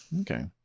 Okay